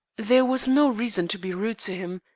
there was no reason to be rude to him,